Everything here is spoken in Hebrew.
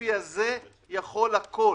הספציפי הזה יכול הכול.